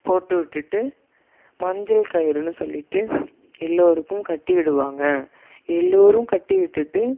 போட்டு விட்டுகிட்டு மஞ்சள் கயிறுன்னு சொல்லிட்டு எல்லோருக்கும் கட்டி விடுவாங்க எல்லோரும் கட்டி விட்டுட்டு